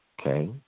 okay